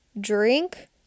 drink